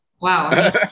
Wow